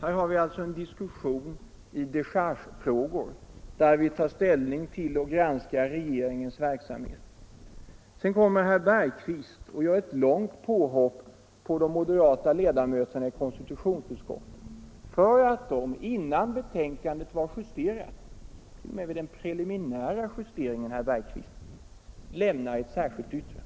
Här har vi alltså en diskussion i dechargefrågor där vi granskar och tar ställning till regeringens verksamhet. Sedan kommer herr Bergqvist och gör ett påhopp på de moderata ledamöterna av konstitutionsutskottet för att de innan betänkandet var justerat —t.o.m. vid den preliminära justeringen, herr Bergqvist — avger ett särskilt yttrande.